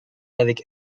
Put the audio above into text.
avec